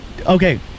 okay